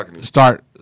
start